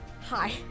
Hi